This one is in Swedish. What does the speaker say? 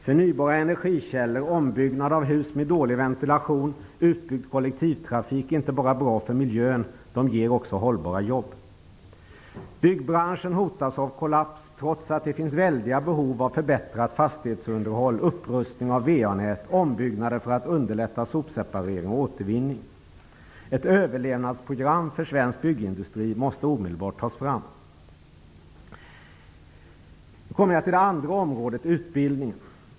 Förnybara energikällor, ombyggnad av hus med dålig ventilation och utbyggd kollektivtrafik är inte bara bra för miljön utan ger också hållbara jobb. Byggbranschen hotas av kollaps trots att det finns väldiga behov av förbättrat fastighetsunderhåll, upprustning av VA-nät, ombyggnader för att underlätta sopseparering och återvinning. Ett överlevnadsprogram för svensk byggindustri måste omedelbart tas fram. Jag kommer nu till det andra området, utbildningen.